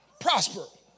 prosper